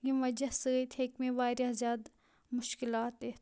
ییٚمہِ وَجہ سۭتۍ ہیٚکہِ مےٚ واریاہ زیادٕ مُشکِلات اِتھ